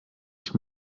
ich